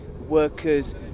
workers